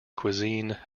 cuisine